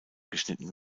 geschnitten